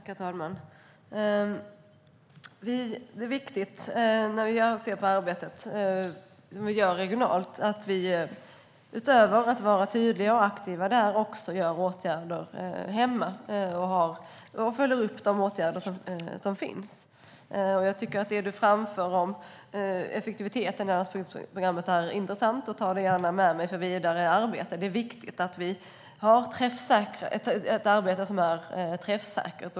Herr talman! Det är viktigt när det gäller arbetet som vi gör regionalt att vi utöver att vara tydliga och aktiva där också vidtar åtgärder hemma och följer upp de åtgärder som finns. Jag tycker att det Jens Holm framför om effektiviteten i landsbygdsprogrammet är intressant, och jag tar det gärna med mig för vidare arbete. Det är viktigt att vi har ett arbete som är träffsäkert.